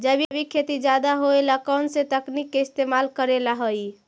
जैविक खेती ज्यादा होये ला कौन से तकनीक के इस्तेमाल करेला हई?